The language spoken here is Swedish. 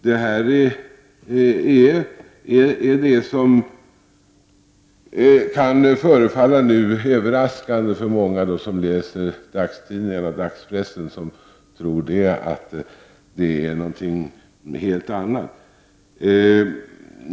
Det här kan förefalla litet överraskande för många som läser dagspressen och som tror att det är något helt annat.